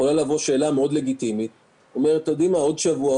יכולה לבוא שאלה מאוד לגיטימית שאומרת: עוד שבוע,